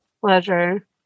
pleasure